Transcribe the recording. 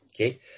Okay